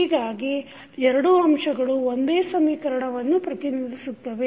ಹೀಗಾಗಿ ಎರಡೂ ಅಂಶಗಳೂ ಒಂದೇ ಸಮೀಕರಣವನ್ನು ಪ್ರತಿನಿಧಿಸುತ್ತವೆ